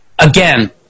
Again